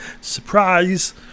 surprise